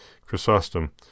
Chrysostom